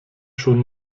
schon